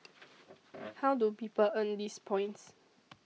how do people earn these points